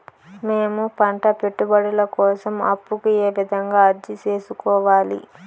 మేము పంట పెట్టుబడుల కోసం అప్పు కు ఏ విధంగా అర్జీ సేసుకోవాలి?